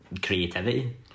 creativity